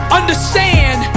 understand